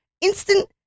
instant